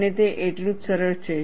અને તે એટલું જ સરળ છે